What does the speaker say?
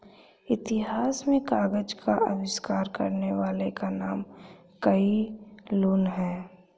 इतिहास में कागज का आविष्कार करने वाले का नाम काई लुन है